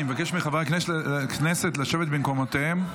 אני מבקש מחברי הכנסת לשבת במקומותיהם.